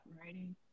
writing